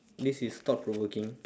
this is thought provoking